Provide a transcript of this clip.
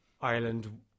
Ireland